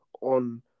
on